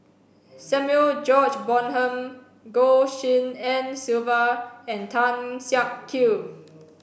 Samuel George Bonham Goh Tshin En Sylvia and Tan Siak Kew